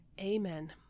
Amen